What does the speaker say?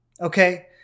okay